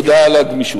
תודה על הגמישות.